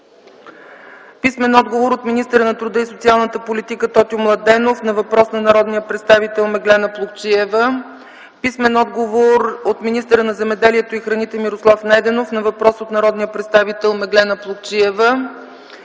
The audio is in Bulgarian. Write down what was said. Плугчиева; - от министъра на труда и социалната политика Тотю Младенов на въпрос от народния представител Меглена Плугчиева; - от министъра на земеделието и храните Мирослав Найденов на въпрос от народния представител Меглена Плугчиева;